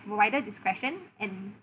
a wider discretion and